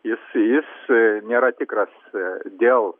jis jis nėra tikras dėl